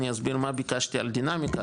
אני אסביר מה ביקשתי על דינמיקה,